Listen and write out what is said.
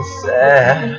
sad